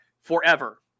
forever